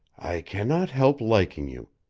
i can not help liking you,